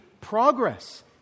progress